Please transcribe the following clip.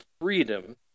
freedom